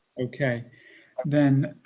okay then.